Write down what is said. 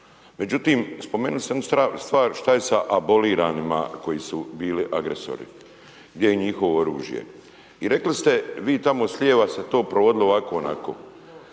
Međutim, spomenuli ste jednu stvar, što je sa aboliranima koji su bili agresori. Gdje je njihovo oružje? I rekli ste vi tamo s lijeva se to provodilo ovako onako.